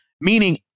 Meaning